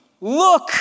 Look